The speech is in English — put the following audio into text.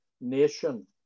nation